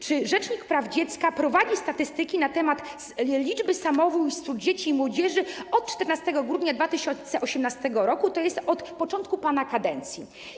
Czy rzecznik praw dziecka prowadzi statystyki na temat liczby samobójstw dzieci i młodzieży od 14 grudnia 2018 r., tj. od początku pana kadencji?